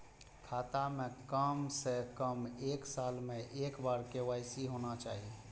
खाता में काम से कम एक साल में एक बार के.वाई.सी होना चाहि?